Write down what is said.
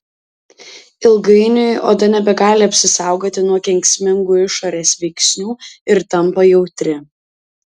ilgainiui oda nebegali apsisaugoti nuo kenksmingų išorės veiksnių ir tampa jautri